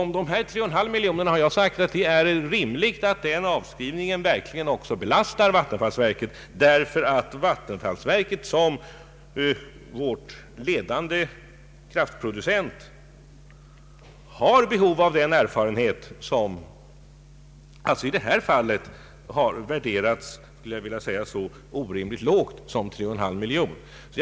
Om dessa 3,3 miljoner har jag sagt att det är rimligt att den avskrivningen verkligen belastar vattenfallsverket därför att vattenfallsverket, som vår ledande kraftproducent, har behov av den erfarenhet som i det här fallet värderats så lågt som 3,5 miljoner.